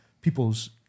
people's